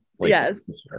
yes